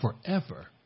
forever